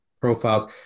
profiles